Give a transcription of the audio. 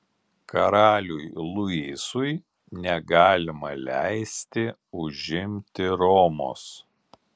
karaliui luisui negalima leisti užimti romos